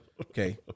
Okay